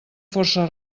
força